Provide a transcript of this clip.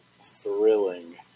thrilling